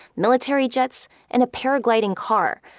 military jets and a paragliding car,